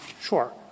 Sure